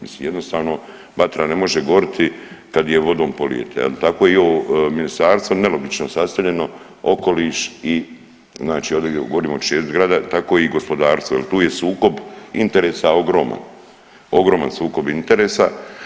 Mislim jednostavno vatra ne može goriti kad je vodom polijete, tako i ovo ministarstvo nelogično sastavljeno okoliš i znači ovdje govorim o … zgrada, tako i gospodarstvo jer tu je sukob interesa ogroman, ogroman sukob interesa.